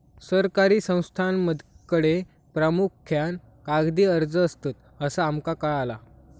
सरकारी संस्थांकडे प्रामुख्यान कागदी अर्ज असतत, असा आमका कळाला